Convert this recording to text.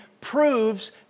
proves